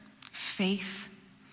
faith